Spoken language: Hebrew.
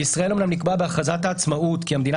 בישראל אומנם נקבע בהכרזת העצמאות כי "המדינה